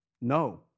no